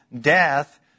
death